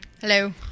Hello